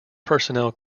personnel